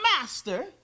master